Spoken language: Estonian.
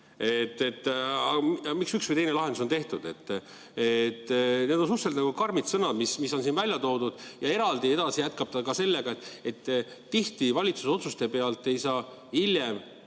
miks üks või teine lahendus on tehtud. Need on suhteliselt karmid sõnad, mis on siin välja toodud. Ja edasi jätkab ta sellega, et tihti valitsuse otsustest ei saa hiljem